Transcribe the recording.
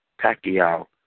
Pacquiao